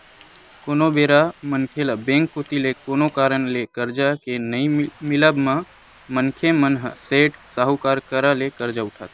कोनो बेरा मनखे ल बेंक कोती ले कोनो कारन ले करजा के नइ मिलब म मनखे मन ह सेठ, साहूकार करा ले करजा उठाथे